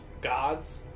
gods